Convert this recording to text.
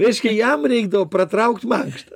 reiškia jam reikdavo pratraukt makštą